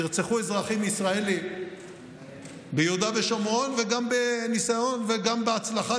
ירצחו אזרחים ישראלים ביהודה ושומרון ובניסיון וגם בהצלחה,